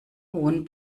hohen